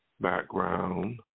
background